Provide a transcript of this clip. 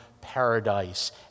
paradise